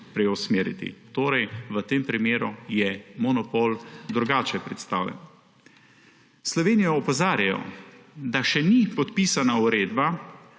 preusmeriti. Torej, v tem primeru je monopol drugače predstavljen. Slovenijo opozarjajo, da še ni podpisana uredba